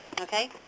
okay